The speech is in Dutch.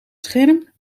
scherm